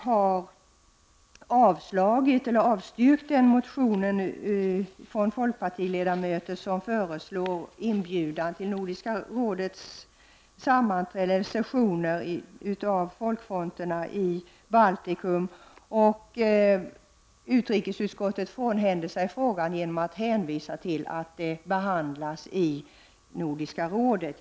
Utrikesutskottet har avstyrkt den motion från folkpartiledamöter där det föreslås att vi inbjuder folkfronterna i Baltikum till Nordiska rådets sessioner. Utrikesutskottet frånhänder sig frågan genom att hänvisa till att ärendet behandlas i Nordiska rådet.